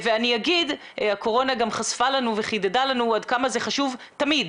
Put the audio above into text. אני אומר שהקורונה גם חשפה לנו וחידדה לנו עד כמה זה חשוב תמיד,